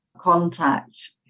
contact